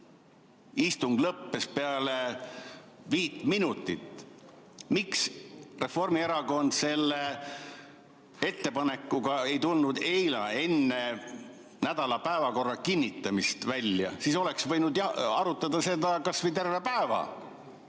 istung lõppes peale viit minutit. Miks Reformierakond selle ettepanekuga ei tulnud välja eile enne nädala päevakorra kinnitamist? Siis oleks võinud arutada seda kas või terve päeva,